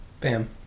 bam